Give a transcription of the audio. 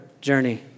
journey